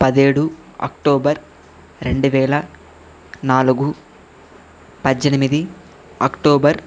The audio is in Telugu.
పదిహేడు అక్టోబర్ రెండు వేల నాలుగు పద్దెనిమిది అక్టోబర్